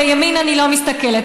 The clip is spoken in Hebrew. בימין אני לא מסתכלת,